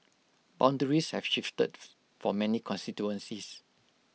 boundaries have shifted for many constituencies